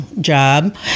job